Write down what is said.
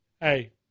hey